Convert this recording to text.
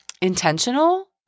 intentional